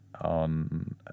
on